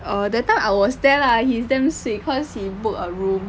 err that time I was there lah he's damn sweet cause he book a room